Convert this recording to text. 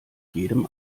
jedem